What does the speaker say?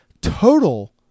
Total